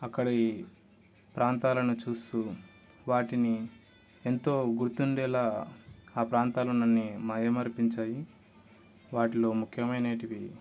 అక్కడి ప్రాంతాలని చూస్తు వాటిని ఎంతో గుర్తు ఉండేలాగా ఆ ప్రాంతాలు అన్నీ మైమరిపించాయి వాటిలో ముఖ్యమైనవి